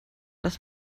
lass